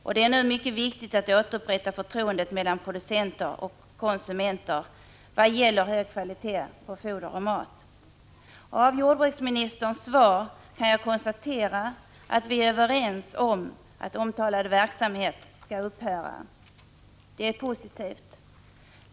Det är nu mycket viktigt att återupprätta förtroendet mellan producenter och konsumenter vad gäller hög kvalitet på foder och mat. Av jordbruksministerns svar kan jag konstatera att vi är överens om att omtalad verksamhet skall upphöra. Det är positivt.